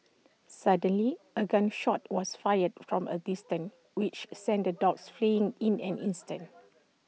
suddenly A gun shot was fired from A distance which sent the dogs fleeing in an instant